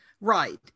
right